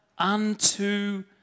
Unto